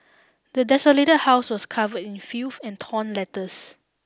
the desolated house was covered in filth and torn letters